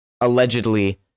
allegedly